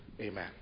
amen